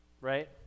right